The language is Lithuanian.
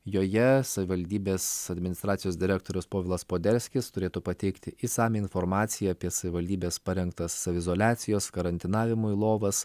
joje savivaldybės administracijos direktorius povilas poderskis turėtų pateikti išsamią informaciją apie savivaldybės parengtas saviizoliacijos karantinavimui lovas